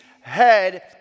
head